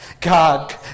God